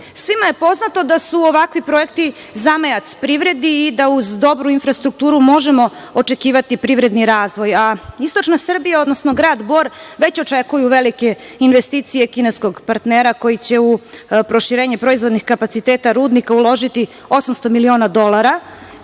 11.Svima je poznato da su ovakvi projekti zamajac privredi i da uz dobru infrastrukturu možemo očekivati privredni razvoj, a istočna Srbija, odnosno grad Bor, već očekuje velike investicije kineskog partnera koji će u proširenje proizvodnih kapaciteta rudnika uložiti 800 miliona dolara,